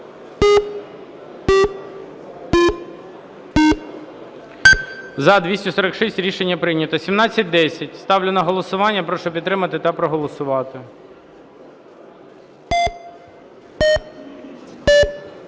За-246 Рішення прийнято. 1710. Ставлю на голосування. Прошу підтримати та проголосувати.